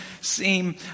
seem